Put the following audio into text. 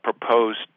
proposed